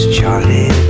Charlie